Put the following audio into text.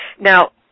Now